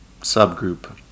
subgroup